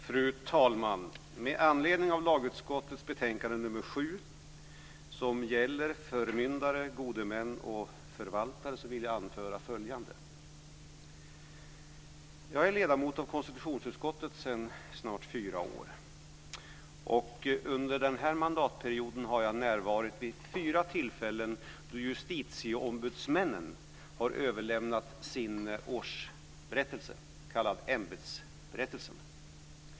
Fru talman! Med anledning av lagutskottets betänkande nr 7, som gäller förmyndare, gode män och förvaltare, vill jag anföra följande. Jag är ledamot av konstitutionsutskottet sedan snart fyra år tillbaka, och jag har under denna mandatperiod vid fyra tillfällen närvarit när justitieombudsmännen har överlämnat sin årsberättelse, sin s.k. ämbetsberättelse.